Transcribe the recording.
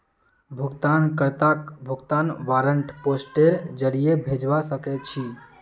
भुगतान कर्ताक भुगतान वारन्ट पोस्टेर जरीये भेजवा सके छी